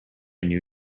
new